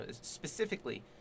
specifically